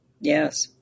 Yes